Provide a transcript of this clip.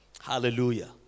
Hallelujah